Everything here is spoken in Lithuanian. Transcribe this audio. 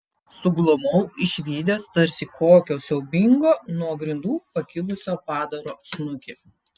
suglumau išvydęs tarsi kokio siaubingo nuo grindų pakilusio padaro snukį